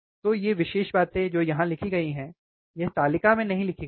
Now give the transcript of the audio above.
तो ये विशेष बातें जो यहाँ लिखी गई हैं यह तालिका में नहीं लिखी गई है